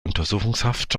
untersuchungshaft